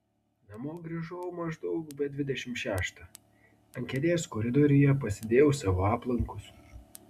namo grįžau maždaug be dvidešimt šeštą ant kėdės koridoriuje pasidėjau savo aplankus